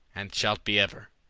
and shalt be ever.